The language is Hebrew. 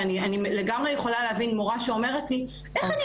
אני לגמרי יכולה להבין מורה שאומרת לי איך אני